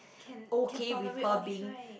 can can tolerate all these right